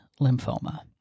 lymphoma